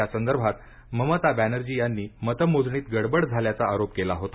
यासंदर्भात ममता बॅनर्जी यांनी मतमोजणीत गडबड झाल्याचा आरोप केला होता